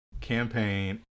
campaign